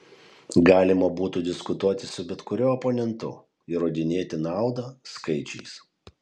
galima būtų diskutuoti su bet kuriuo oponentu įrodinėti naudą skaičiais